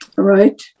Right